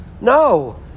No